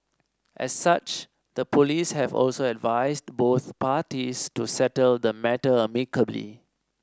as such the police have also advised both parties to settle the matter amicably